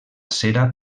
cera